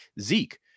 Zeke